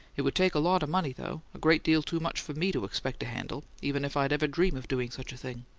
it would take a lot of money, though a great deal too much for me to expect to handle even if i'd ever dream of doing such a thing.